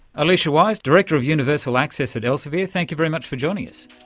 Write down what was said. alicia wise, director of universal access at elsevier, thank you very much for joining us.